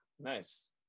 Nice